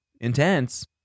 intense